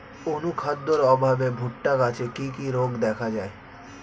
অনুখাদ্যের অভাবে ভুট্টা গাছে কি কি রোগ দেখা যায়?